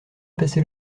passer